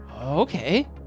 Okay